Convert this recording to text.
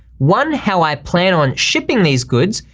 one, how i plan on shipping these goods,